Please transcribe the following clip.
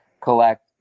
collect